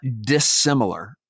dissimilar